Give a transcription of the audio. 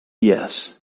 yes